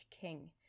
king